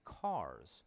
cars